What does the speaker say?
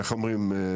איך אומרים,